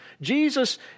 Jesus